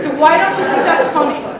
why don't you think that's funny?